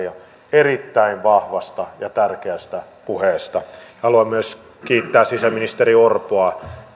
erittäin vahvasta ja tärkeästä puheesta haluan myös kiittää sisäministeri orpoa